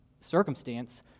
circumstance